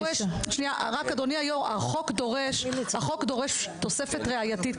אדוני היו"ר, החוק דורש תוספת ראייתית.